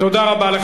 תודה רבה.